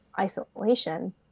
isolation